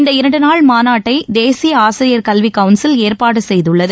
இந்த இரண்டு நாள் மாநாட்டை தேசிய ஆசிரியர் கல்வி கவுள்சில் ஏற்பாடு செய்துள்ளது